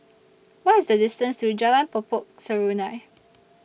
What IS The distance to Jalan Po Pokok Serunai